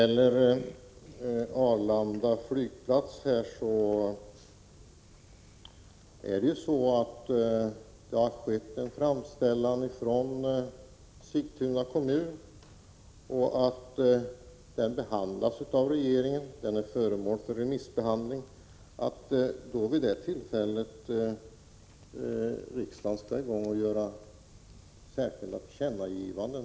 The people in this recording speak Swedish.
Fru talman! I frågan om en frihamn vid Arlanda flygplats har Sigtuna kommun gjort en framställning. Den behandlas av regeringen och är också föremål för remissbehandling. I det läget kan det inte vara riktigt att begära att riksdagen skall göra särskilda tillkännagivanden.